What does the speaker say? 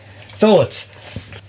thoughts